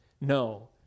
No